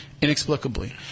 Inexplicably